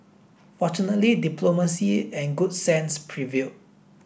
fortunately diplomacy and good sense prevailed